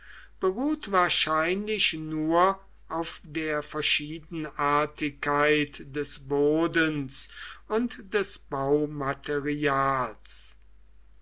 beruht wahrscheinlich nur auf der verschiedenartigkeit des bodens und des